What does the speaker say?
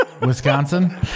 Wisconsin